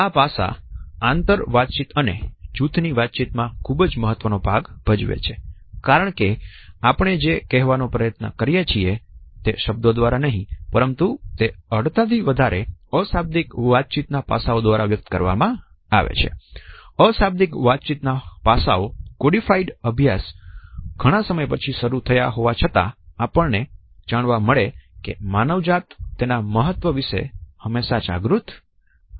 આ પાસાં આંતરવાતચીત અને જૂથ ની વાતચીત માં ખૂબ મહત્વનો ભાગ ભજવે છે કારણ કે આપણે જે કહેવાનો પ્રયત્ન કરીએ છીએ તે શબ્દો દ્વારા નહીં પરંતુ તે અડધાથી વધારે અશાબ્દિક વાતચીત ના પાસાઓ દ્વારા વ્યક્ત કરવામાં આવેઅશાબ્દિક વાતચીત ના પાસાઓનો કોડીફાઇડ અભ્યાસ ઘણા સમય પછી શરૂ થયા હોવા છતાં આપણને જાણવા મળે છે કે માનવજાત હંમેશાં તેના મહત્વ વિશે જાગૃત હતી